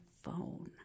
phone